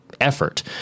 effort